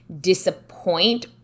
disappoint